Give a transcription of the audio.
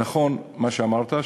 נכון מה שאמרת,